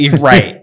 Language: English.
Right